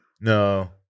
No